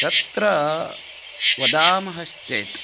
तत्र वदामः चेत्